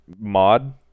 mod